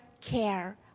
care